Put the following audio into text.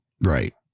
Right